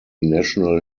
national